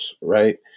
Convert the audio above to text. Right